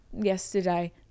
yesterday